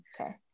Okay